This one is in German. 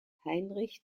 heinrich